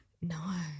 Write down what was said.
No